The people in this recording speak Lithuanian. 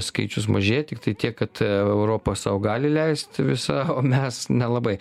skaičius mažėja tiktai tiek kad europa sau gali leist visą o mes nelabai